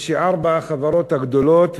לארבע החברות הגדולות,